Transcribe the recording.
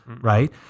right